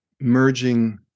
merging